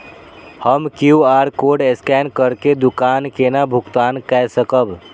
हम QR code scan करके दुकान केना भुगतान काय सकब?